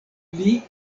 pli